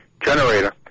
generator